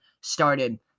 started